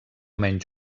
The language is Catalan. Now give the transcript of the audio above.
menys